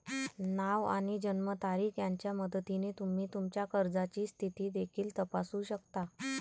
नाव आणि जन्मतारीख यांच्या मदतीने तुम्ही तुमच्या कर्जाची स्थिती देखील तपासू शकता